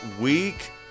week